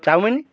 chowmein